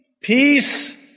Peace